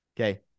Okay